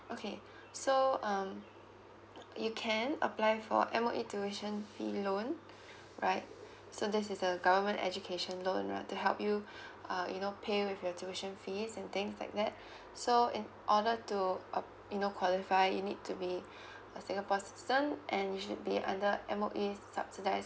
okay so um you can apply for M_O_E tuition fee loan right so this is the government education loan right to help you uh you know pay with your tuition fees and things like that so in order to app~ you know qualify you need to be a singapore citizen and you should be under M_O_E subsidised